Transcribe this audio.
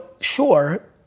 sure